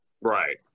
Right